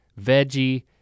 veggie